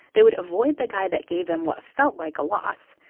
they would avoid the guy that gave them what felt like a loss.